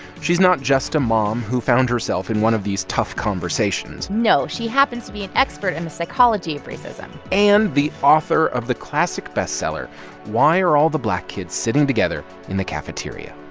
she's not just a mom who found herself in one of these tough conversations no. she happens to be an expert in the psychology of racism and the author of the classic bestseller why are all the black kids sitting together in the cafeteria?